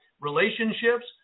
relationships